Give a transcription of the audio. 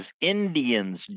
Indians